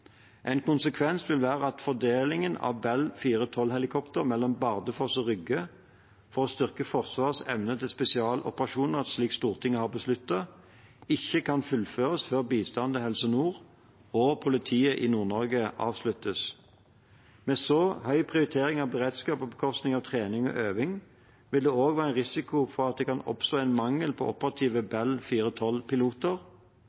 En konsekvens vil være at fordelingen av Bell 412-helikopter mellom Bardufoss og Rygge for å styrke Forsvarets evne til spesialoperasjoner, slik Stortinget har besluttet, ikke kan fullføres før bistanden til Helse Nord og politiet i Nord-Norge avsluttes. Med så høy prioritering av beredskap på bekostning av trening og øving vil det også være en risiko for at det kan oppstå en mangel på operative